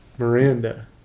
Miranda